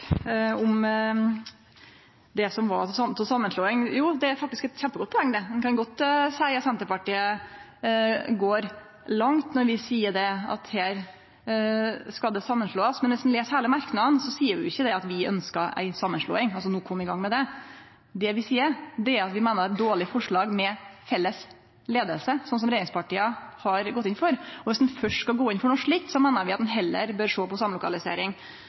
kan godt seie at Senterpartiet går langt når vi seier at her skal det samanslåast, men dersom ein les heile merknaden, ser ein at vi ikkje ønskjer å kome i gang med ei samanslåing. Det vi seier, er at vi meiner at det er eit dårleg forslag med felles leiing, slik som regjeringspartia har gått inn for, og dersom ein først skal gå inn for noko slikt, meiner vi at ein heller bør sjå på ei samlokalisering